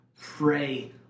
pray